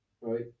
right